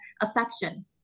affection